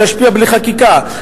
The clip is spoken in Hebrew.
להשפיע בלי חקיקה,